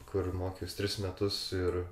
kur mokiaus tris metus ir